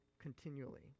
continually